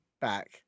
back